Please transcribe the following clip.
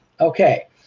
Okay